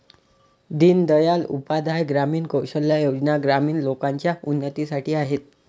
दीन दयाल उपाध्याय ग्रामीण कौशल्या योजना ग्रामीण लोकांच्या उन्नतीसाठी आहेत